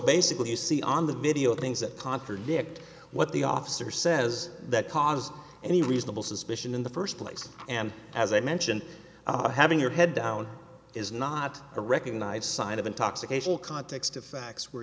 basically you see on the video things that contradict what the officer says that caused any reasonable suspicion in the first place and as i mentioned having your head down is not a recognized sign of intoxication context of facts where